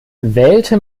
wählte